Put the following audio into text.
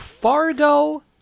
Fargo